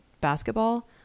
basketball